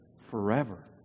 forever